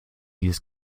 dieses